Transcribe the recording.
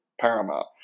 paramount